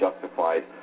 justified